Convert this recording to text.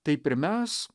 taip ir mes